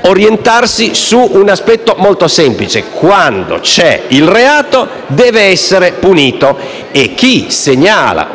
orientarsi su un aspetto molto semplice: quando c'è il reato, deve essere punito e chi lo segnala